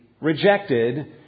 rejected